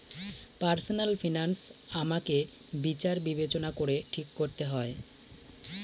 personal finance আমাকে বিচার বিবেচনা করে ঠিক করতে হয়